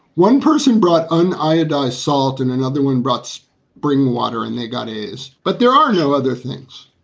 one person brought an iodized salt and another one brought so bring water and they got is. but there are no other things.